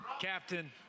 captain